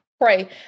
pray